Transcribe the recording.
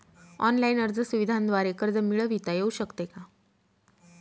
Online अर्ज सुविधांद्वारे कर्ज मिळविता येऊ शकते का?